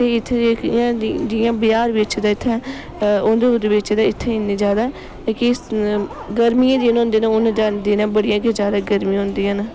ते इत्थें जेह्की जियां जियां बिहार बिच्च ते इत्थै उधमपुर बिच्च ते इत्थैं इन्नी ज्यादा जेह्की गर्मियें दे होंदे न ओह् न उ'नें दिनें बड़ियां गै ज्यादा गर्मी होंदी ऐ न